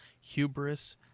hubris